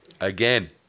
Again